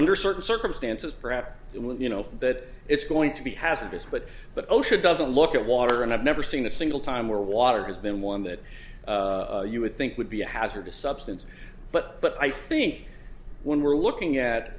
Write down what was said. under certain circumstances perhaps it was you know that it's going to be hazardous but that osha doesn't look at water and i've never seen a single time where water has been one that you would think would be a hazardous substance but but i think when we're looking at